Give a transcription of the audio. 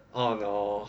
oh no